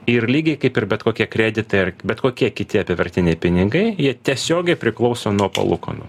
ir lygiai kaip ir bet kokie kreditai ar bet kokie kiti apyvartiniai pinigai jie tiesiogiai priklauso nuo palūkanų